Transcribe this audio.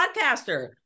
podcaster